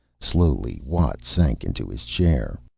slowly watt sank into his chair.